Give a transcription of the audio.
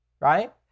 right